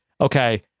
okay